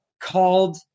called